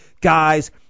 guys